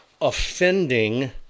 offending